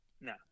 no